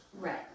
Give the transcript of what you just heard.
Right